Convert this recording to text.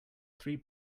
three